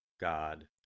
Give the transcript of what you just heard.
God